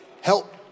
help